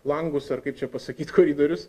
langus ar kaip čia pasakyt koridorius